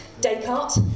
Descartes